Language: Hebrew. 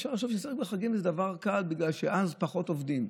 אפשר לחשוב שסגר בחגים זה דבר קל בגלל שאז פחות עובדים.